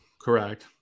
correct